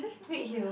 Redhill